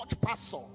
pastor